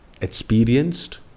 experienced